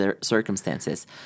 circumstances